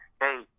hey